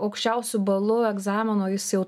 aukščiausiu balu egzamino jis jau